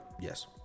Yes